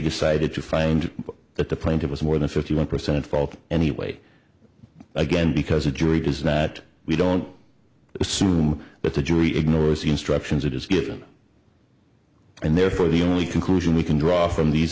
decided to find that the plaintiff was more than fifty one percent fault anyway again because a jury does not we don't assume that the jury ignores the instructions it is given and therefore the only conclusion we can draw